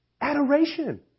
Adoration